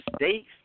mistakes